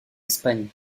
espagne